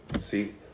See